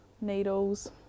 needles